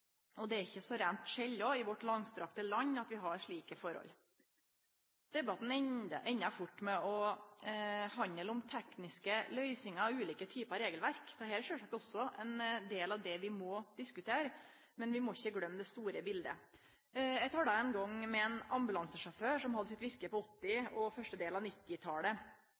Og det er ikkje så reint sjeldan i vårt langstrakte land at vi har slike forhold. Debatten endar fort med å handle om tekniske løysingar og ulike typar regelverk. Dette er sjølvsagt òg ein del av det vi må diskutere, men vi må ikkje gløyme det store biletet. Eg tala ein gong med ein ambulansesjåfør som hadde sitt virke på 1980- og første del av